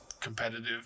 competitive